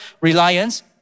reliance